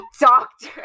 doctor